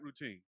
routine